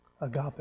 Agape